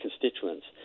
constituents